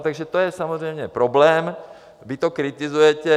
Takže to je samozřejmě problém, vy to kritizujete.